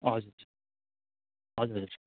हजुर हजुर हजुर